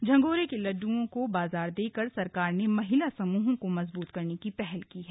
झंगोरे के लड्डओं को बाजार देकर सरकार ने महिला समूहों को मजबूत करने की पहल की है